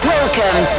Welcome